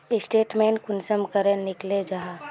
Statement कुंसम निकले जाहा?